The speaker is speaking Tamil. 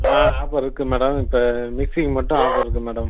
ஆ ஆஃபர் இருக்குது மேடம் இப்போ மிக்சிக்கு மட்டும் ஆஃபர் இருக்குது மேடம்